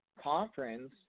conference